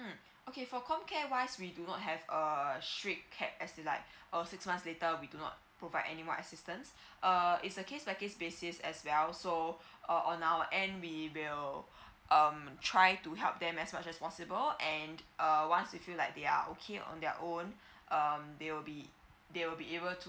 mm okay for com care wise we do not have uh strict capped as in like a six months later we do not provide anymore assistance uh is a case by case basis as well so uh on our end we will um try to help them as much as possible and uh once you feel like they're okay on their own um they will be they will be able to